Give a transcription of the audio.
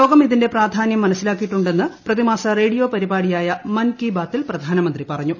ലോകം ഇതിന്റെ പ്രാധാന്യം മനസ്സിലാക്കിയിട്ടുണ്ടെന്ന് പ്രതിമാസ റേഡിയോ പരിപാടിയായ മൻ കി ബാത്തിൽ പ്രധാനമന്ത്രി പറഞ്ഞു